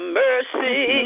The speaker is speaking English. mercy